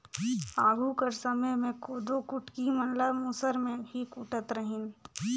आघु कर समे मे कोदो कुटकी मन ल मूसर मे ही कूटत रहिन